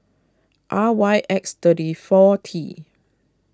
R Y X thirty four T